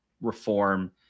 reform